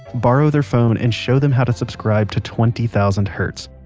borrow their phone and show them how to subscribe to twenty thousand hertz.